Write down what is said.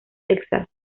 texas